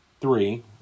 three